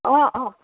অঁ অঁ